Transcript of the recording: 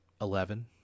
eleven